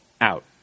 out